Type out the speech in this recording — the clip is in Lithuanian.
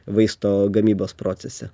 vaisto gamybos procese